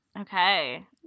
Okay